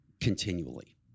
continually